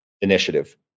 initiative